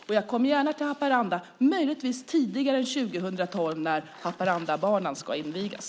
Och jag kommer gärna till Haparanda - möjligtvis tidigare än 2012 när Haparandabanan ska invigas.